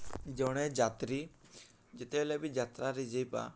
ଜଣେ ଯାତ୍ରୀ ଯେତେବେଳେ ବି ଯାତ୍ରାରେ ଯିବା